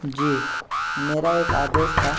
जी मेरा एक आदेश था